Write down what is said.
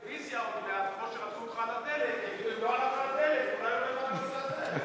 אם לא הלך על הדלק, אולי ילך על הנושא הזה.